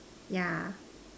yeah